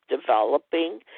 developing